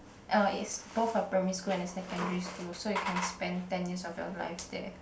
uh is both a primary school and a secondary school so you can spend ten years of your life there